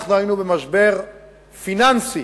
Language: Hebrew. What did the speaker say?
היינו במשבר פיננסי